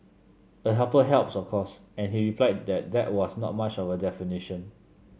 a helper helps of course and he replied that that was not much of a definition